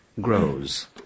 grows